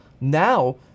Now